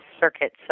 circuit